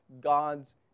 God's